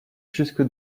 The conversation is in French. jusque